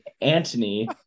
antony